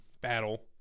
battle